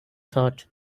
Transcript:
thought